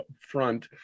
front